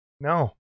No